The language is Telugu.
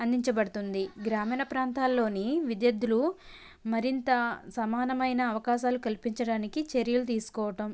అందించబడుతుంది గ్రామీణ ప్రాంతాలలోని విద్యార్థులు మరింత సమానమైన అవకాశాలు కల్పించడానికి చర్యలు తీసుకోవడం